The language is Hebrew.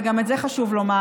וגם את זה חשוב לומר,